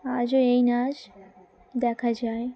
আজও এই নাচ দেখা যায়